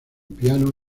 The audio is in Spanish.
piano